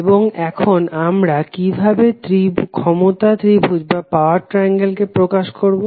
এবং এখন আমরা কিভাবে ক্ষমতা ত্রিভুজ কে প্রকাশ করব